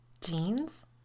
Jeans